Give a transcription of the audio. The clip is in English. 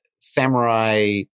samurai